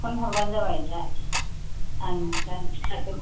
phone हरबानो जाबाय दा आं दा खिथागोन